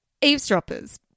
eavesdroppers